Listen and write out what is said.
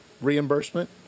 reimbursement